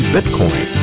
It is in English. Bitcoin